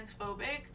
transphobic